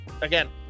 again